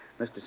Mr